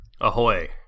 Ahoy